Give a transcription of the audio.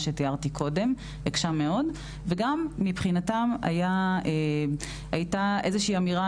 שתיארתי קודם; וגם מבחינתן הייתה איזושהי אמירה